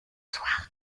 soir